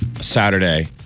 Saturday